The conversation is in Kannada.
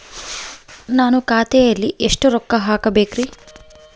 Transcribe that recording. ನಾನು ಖಾತೆಯಲ್ಲಿ ಎಷ್ಟು ರೊಕ್ಕ ಹಾಕಬೇಕ್ರಿ?